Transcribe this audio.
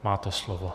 Máte slovo.